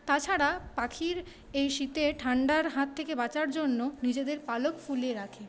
তাছাড়া পাখির এই শীতে ঠান্ডার হাত থেকে বাঁচার জন্য নিজেদের পালক ফুলিয়ে রাখে